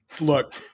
Look